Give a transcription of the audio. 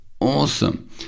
awesome